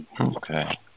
Okay